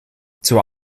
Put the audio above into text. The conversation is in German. zur